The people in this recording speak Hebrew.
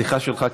אחרי השיחה שלך,